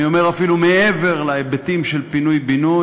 אני אומר אפילו מעבר להיבטים של פינוי-בינוי,